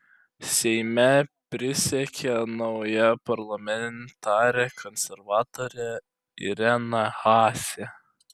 seime prisiekė nauja parlamentarė konservatorė irena haase